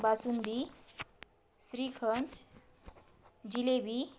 basundi shrikhand jalebi